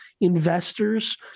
investors